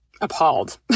appalled